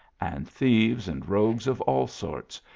and thieves and rogues of all sorts,